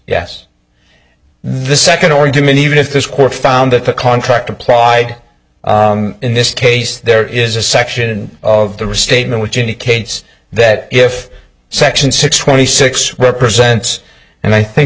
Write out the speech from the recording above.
yes this second or do many even if this court found that the contract applied in this case there is a section of the restatement which indicates that if section six twenty six represents and i think